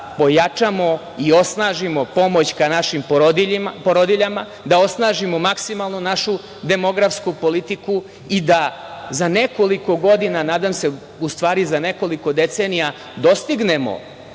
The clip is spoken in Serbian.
pojačamo i osnažimo pomoć ka našim porodiljama, da osnažimo maksimalno našu demografsku politiku i da za nekoliko godina, u stvari za nekoliko decenija dostignemo